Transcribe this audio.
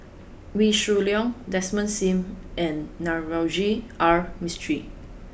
Wee Shoo Leong Desmond Sim and Navroji R Mistri